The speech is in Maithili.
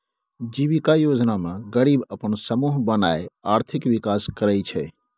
जीबिका योजना मे गरीब अपन समुह बनाए आर्थिक विकास करय छै